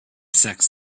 sects